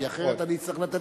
כי אחרת אני אצטרך לתת,